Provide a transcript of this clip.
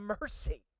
mercy